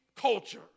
culture